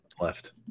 Left